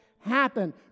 happen